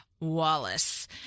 Wallace